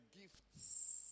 gifts